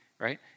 right